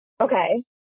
Okay